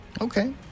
okay